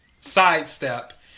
Sidestep